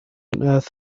earth